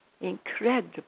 incredible